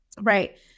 Right